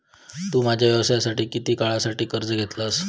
तु तुझ्या व्यवसायासाठी किती काळासाठी कर्ज घेतलंस?